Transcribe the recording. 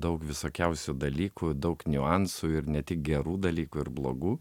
daug visokiausių dalykų daug niuansų ir ne tik gerų dalykų ir blogų